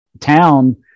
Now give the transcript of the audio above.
town